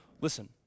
listen